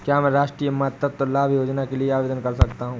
क्या मैं राष्ट्रीय मातृत्व लाभ योजना के लिए आवेदन कर सकता हूँ?